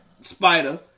Spider